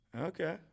Okay